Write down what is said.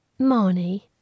Marnie